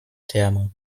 terme